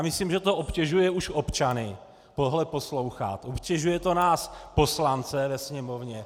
Myslím, že to obtěžuje už občany tohle poslouchat, obtěžuje to nás poslance ve Sněmovně.